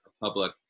public